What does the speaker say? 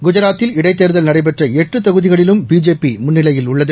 குஐராத்தில் இடைத்தேர்தல் நடைபெற்ற எட்டு தொகுதிகளிலும் பிஜேபி முன்னிலையில் உள்ளது